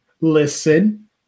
Listen